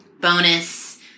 Bonus